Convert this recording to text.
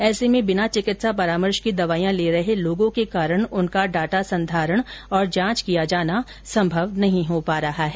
ऐसे में बिना चिकित्सा परामर्श के दवाइयां ले रहे लोगों के कारण उनका डाटा संधारण और जांच किया जाना संभव नहीं हो पा रहा है